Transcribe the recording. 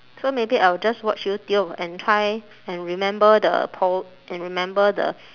so maybe I'll just watch youtube and try and remember the po~ and remember the